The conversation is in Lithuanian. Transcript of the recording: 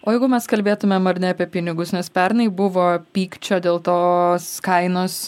o jeigu mes kalbėtum ar ne apie pinigus nes pernai buvo pykčio dėl tos kainos